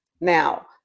Now